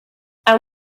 awn